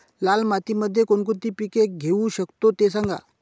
लाल मातीमध्ये कोणकोणती पिके घेऊ शकतो, ते सांगा